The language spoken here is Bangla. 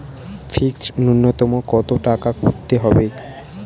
ফিক্সড নুন্যতম কত টাকা করতে হবে?